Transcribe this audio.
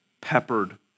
peppered